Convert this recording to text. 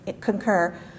concur